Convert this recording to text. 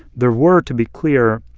there were, to be clear,